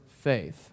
faith